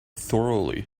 thoroughly